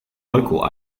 local